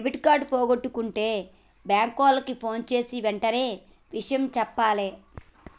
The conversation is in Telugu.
డెబిట్ కార్డు పోగొట్టుకుంటే బ్యేంకు వాళ్లకి ఫోన్జేసి వెంటనే ఇషయం జెప్పాలే